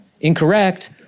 Incorrect